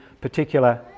particular